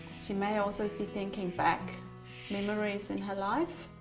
she may also be thinking back memories in her life,